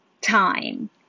time